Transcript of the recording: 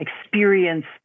experience